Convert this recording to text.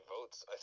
votes